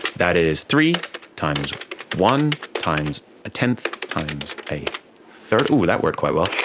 that is three times one times a tenth times a third, oh that worked quite well.